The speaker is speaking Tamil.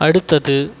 அடுத்தது